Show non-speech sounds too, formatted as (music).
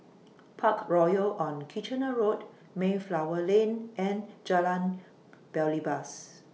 (noise) Parkroyal on Kitchener Road Mayflower Lane and Jalan Belibas